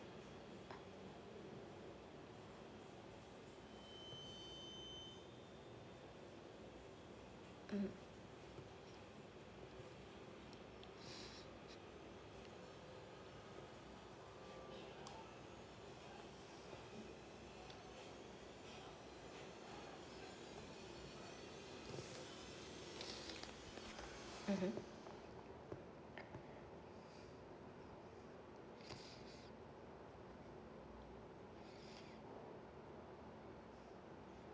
(uh huh) (uh huh)